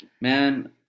Man